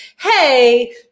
hey